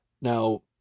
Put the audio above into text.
Now